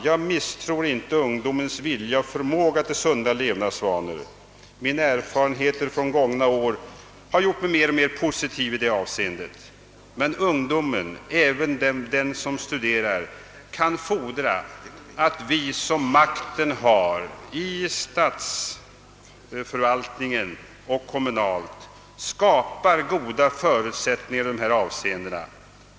Jag misstror inte ungdomens vilja och förmåga till sunda levnadsvanor — mina erfarenheter från gångna år har gjort mig mer och mer positiv i detta avseende — men ungdomen, även den som studerar, kan fordra att vi som makten hava inom statlig och kommunal förvaltning skapar goda förutsättningar.